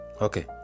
okay